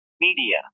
Media